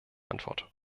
antwort